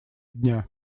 дня